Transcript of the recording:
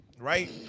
Right